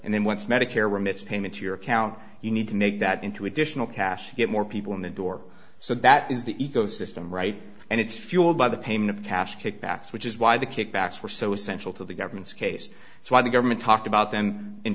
and then once medicare when it's payment to your account you need to make that into additional cash to get more people in the door so that is the eco system right and it's fueled by the pain of cash kickbacks which is why the kickbacks were so essential to the government's case why the government talked about them in